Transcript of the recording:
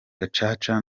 gacaca